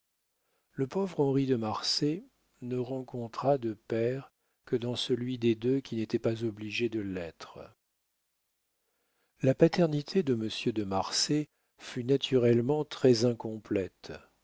le pauvre henri de marsay ne rencontra de père que dans celui des deux qui n'était pas obligé de l'être la paternité de monsieur de marsay fut naturellement très incomplète